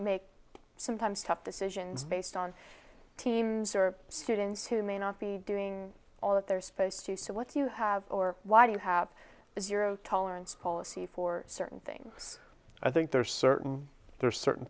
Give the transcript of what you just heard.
make sometimes tough decisions based on teams or students who may not be doing all that they're supposed to so what do you have or why do you have a zero tolerance policy for certain things i think there's certain there's certain